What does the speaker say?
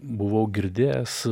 buvau girdėjęs